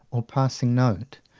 or passing note,